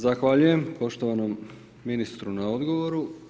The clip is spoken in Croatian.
Zahvaljujem poštovanom ministru na odgovoru.